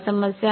समस्या आहे